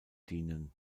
dienen